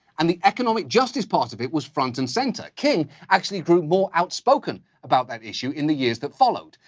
and the economic justice part of it was front-and-center. king actually grew more outspoken about that issue in the years that followed.